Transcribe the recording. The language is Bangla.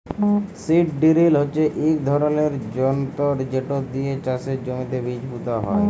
সিড ডিরিল হচ্যে ইক ধরলের যনতর যেট দিয়ে চাষের জমিতে বীজ পুঁতা হয়